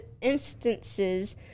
instances